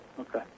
Okay